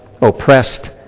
oppressed